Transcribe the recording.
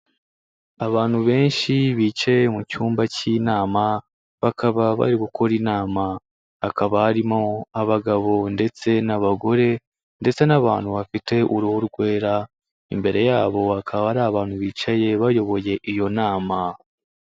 Abantu benshi bicaye mu cyumba cy'inama, bakaba bari gukora inama, hakaba harimo abagabo ndetse n'abagore ndetse n'abantu bafite uruhu rwera, imbere yabo hakaba hari abantu bicaye bayoboye iyo nama.